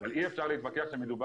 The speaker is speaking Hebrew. אבל אי אפשר להתווכח על כך שמדובר